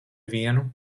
vienu